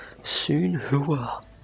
Soon-Hua